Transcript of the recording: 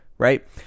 Right